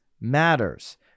matters